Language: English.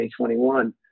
2021